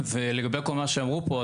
ולגבי כל מה שאמרו פה,